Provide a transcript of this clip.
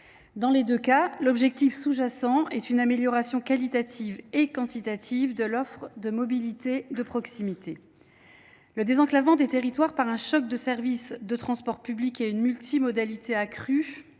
Dans les deux cas, l’objectif sous jacent est une amélioration qualitative et quantitative de l’offre de mobilité de proximité. Le désenclavement des territoires par un choc de services de transports publics et une multimodalité accrue